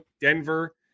Denver